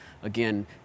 Again